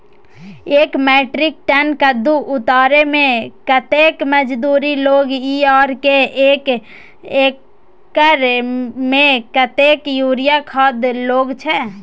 एक metric ton कद्दू उतारे में कतेक मजदूरी लागे इ आर एक एकर में कतेक यूरिया खाद लागे छै?